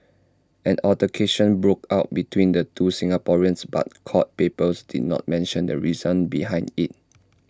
an altercation broke out between the two Singaporeans but court papers did not mention the reason behind IT